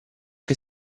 che